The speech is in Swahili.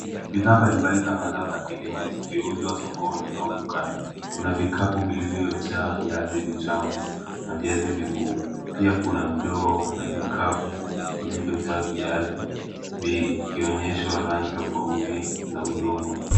Bidhaa mbalimbali za mazao za kilimo zikiuzwa sokoni au dukani. Kuna vikapu vilivyojaa viazi vitamu na viazi vikuu. Pia kuna ndoo na vikapu vilivyojaa viazi vikionyesha rangi tofauti za udongo.